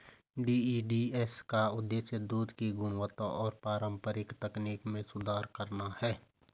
DEDS का उद्देश्य दूध की गुणवत्ता और पारंपरिक तकनीक में सुधार करना है